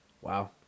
Wow